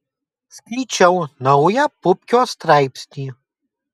skaičiau naują pupkio straipsnį